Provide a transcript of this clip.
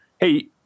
Hey